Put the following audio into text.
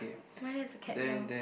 mine has a cat door